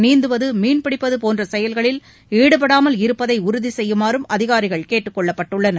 நீந்துவது மீன்பிடிப்பது போன்ற செயல்களில் ஈடுபடாமல் இருப்பதை உறுதி செய்யுமாறும் அதிகாரிகள் கேட்டுக் கொள்ளப்பட்டுள்ளனர்